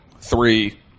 Three